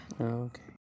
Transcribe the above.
okay